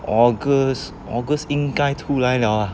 august august 应该出来了